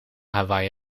hawaï